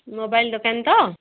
mobile ଦୋକାନୀ ତ